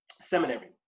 seminary